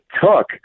took